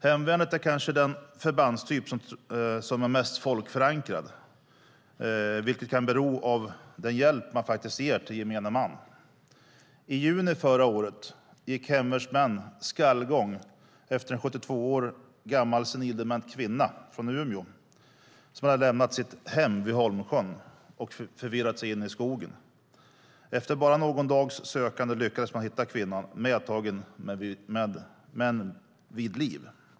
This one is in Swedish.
Hemvärnet är kanske den förbandstyp som är mest folkförankrad, vilket beror på den hjälp som hemvärnet faktiskt ger till gemene man. I juni förra året gick hemvärnsmän skallgång efter en 72 år gammal senildement kvinna från Umeå, som hade lämnat sitt hem vid Holmsjön och förirrat sig in i skogen. Efter bara någon dags sökande lyckades man hitta kvinnan, medtagen men vid liv.